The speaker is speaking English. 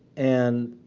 and,